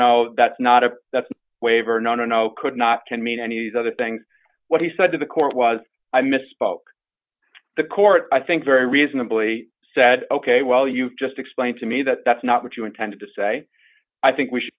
no that's not a waiver no no no could not can mean any other things what he said to the court was i misspoke the court i think very reasonably said ok well you've just explained to me that that's not what you intended to say i think we should